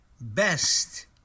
best